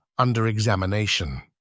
under-examination